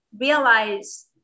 realize